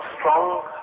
strong